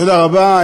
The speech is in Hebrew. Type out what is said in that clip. תודה רבה.